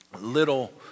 little